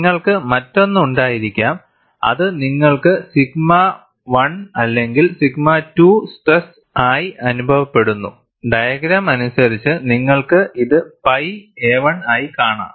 നിങ്ങൾക്ക് മറ്റൊന്ന് ഉണ്ടായിരിക്കാം അത് നിങ്ങൾക്ക് സിഗ്മ 1 അല്ലെങ്കിൽ സിഗ്മ 2 സ്ട്രെസ് ആയി അനുഭവപ്പെടുന്നു ഡയഗ്രം അനുസരിച്ച് നിങ്ങൾക്ക് ഇത് പൈ a1 ആയി കാണാം